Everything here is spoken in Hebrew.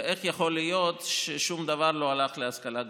ואיך יכול להיות ששום דבר לא הלך להשכלה גבוהה?